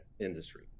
industry